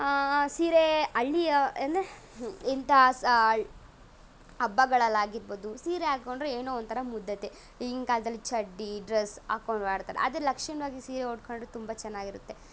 ಸೀರೆ ಹಳ್ಳಿಯ ಎಂದ್ರೆ ಇಂಥ ಸ ಹಬ್ಬಗಳಲ್ಲಾಗಿರ್ಬೋದು ಸೀರೆ ಹಾಕೊಂಡ್ರೆ ಏನೋ ಒಂಥರ ಮುಗ್ಧತೆ ಈಗಿನ ಕಾಲದಲ್ಲಿ ಚಡ್ಡಿ ಡ್ರೆಸ್ ಹಾಕೊಂಡ್ ಓಡಾಡ್ತಾರೆ ಅದೇ ಲಕ್ಷಣವಾಗಿ ಸೀರೆ ಉಟ್ಟುಕೊಂಡ್ರೆ ತುಂಬ ಚೆನ್ನಾಗಿರುತ್ತೆ